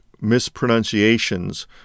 mispronunciations